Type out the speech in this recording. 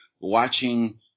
watching